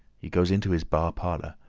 he goes into his bar parlour,